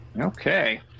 Okay